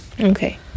okay